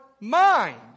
mind